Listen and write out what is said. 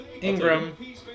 Ingram